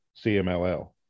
CMLL